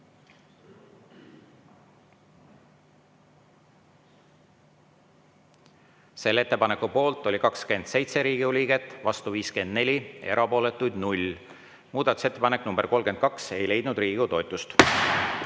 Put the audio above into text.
Selle ettepaneku poolt oli 27 Riigikogu liiget, vastu 54, erapooletuid 0. Muudatusettepanek nr 32 ei leidnud Riigikogu toetust.